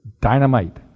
dynamite